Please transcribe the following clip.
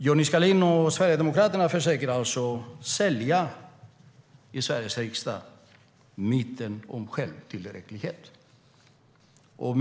Johnny Skalin och Sverigedemokraterna försöker sälja myten om självtillräcklighet i Sveriges riksdag.